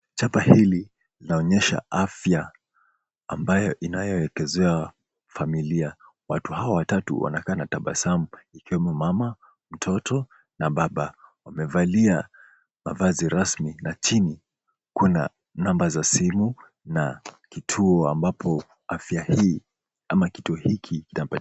Chapa hili laonyesha afya ambayo inayoiekezewa familia. Watu hawa watatu wanakaa na wametabasamu ikiwepo mama, mtoto na baba. Wamevalia mavazi rasmi na chini kuna namba za simu na kituo ambapo afya hii ama kituo hiki kita...